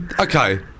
Okay